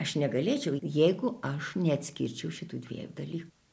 aš negalėčiau jeigu aš neatskirčiau šitų dviejų dalykų